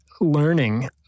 learning